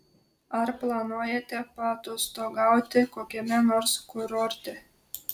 ar planuojate paatostogauti kokiame nors kurorte